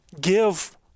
give